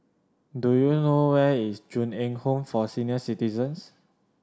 do you know where is Ju Eng Home for Senior Citizens